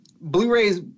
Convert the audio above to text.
Blu-rays